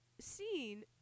seen